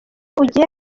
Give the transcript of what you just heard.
ugiye